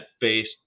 based